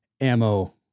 ammo